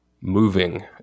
moving